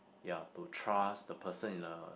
ya to trust the person in a